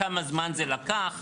כמה זמן זה לקח.